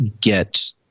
get